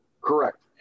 correct